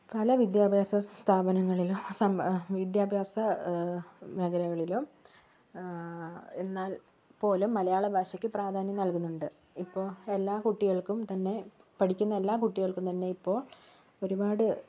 പല വിദ്യാഭ്യാസ സ്ഥാപനങ്ങളിലും സമ് വിദ്യാഭ്യാസ മേഖലകളിലും എന്നാൽ പോലും മലയാള ഭാഷയ്ക്ക് പ്രാധാന്യം നൽകുന്നുണ്ട് ഇപ്പോൾ എല്ലാ കുട്ടികൾക്കും തന്നെ പഠിക്കുന്ന എല്ലാ കുട്ടികൾക്കും തന്നെ ഇപ്പോൾ ഒരുപാട്